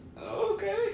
Okay